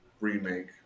remake